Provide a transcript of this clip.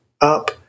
up